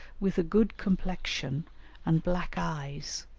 with a good complexion and black eyes.